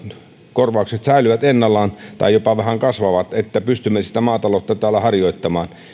korvaukset säilyvät ennallaan tai jopa vähän kasvavat että pystymme maataloutta täällä harjoittamaan